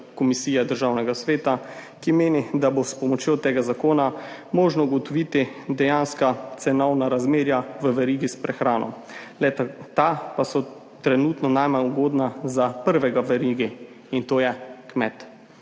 Komisije Državnega sveta, ki meni, da bo s pomočjo tega zakona možno ugotoviti dejanska cenovna razmerja v verigi s prehrano. Le-ta so trenutno najmanj ugodna za prvega verigi, in to je kmet,